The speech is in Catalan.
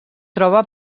troba